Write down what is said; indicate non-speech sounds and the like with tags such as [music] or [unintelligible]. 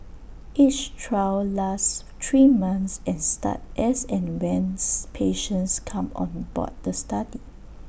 each trial lasts three months and start as and when [unintelligible] patients come on board the study